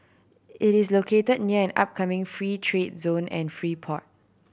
it is locate near an upcoming free trade zone and free port